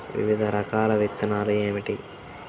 వివిధ రకాల విత్తనాలు ఏమిటి?